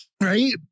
right